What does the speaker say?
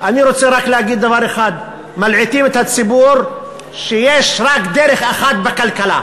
אני רוצה להגיד רק דבר אחד: מלעיטים את הציבור שיש רק דרך אחת בכלכלה,